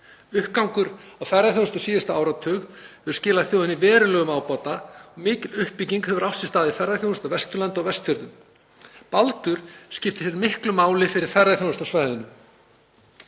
Uppgangur ferðaþjónustu á síðasta áratug hefur skilað þjóðinni verulegum ábata. Mikil uppbygging hefur átt sér stað í ferðaþjónustu á Vesturlandi og Vestfjörðum. Baldur skiptir miklu máli fyrir ferðaþjónustu á svæðinu.